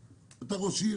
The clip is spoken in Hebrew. אתה ראש עיר,